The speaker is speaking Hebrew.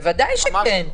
ודאי שכן.